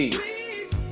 please